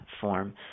form